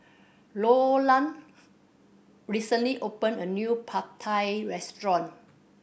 Loran recently opened a new Pad Thai Restaurant